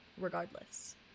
regardless